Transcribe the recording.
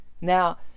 now